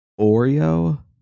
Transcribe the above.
Oreo